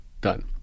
done